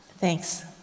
Thanks